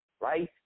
right